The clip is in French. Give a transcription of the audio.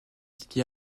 ski